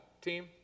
team